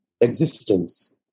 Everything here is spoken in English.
existence